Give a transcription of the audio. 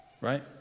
Right